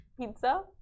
pizza